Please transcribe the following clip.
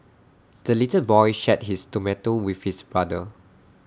the little boy shared his tomato with his brother